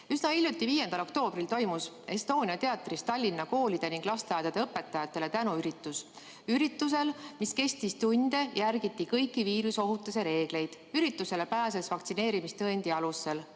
Üsna hiljuti, 5. oktoobril toimus Estonia teatris Tallinna koolide ja lasteaedade õpetajatele tänuüritus. Üritusel, mis kestis tunde, järgiti kõiki viirusohutuse reegleid. Üritusele pääses vaktsineerimistõendi alusel,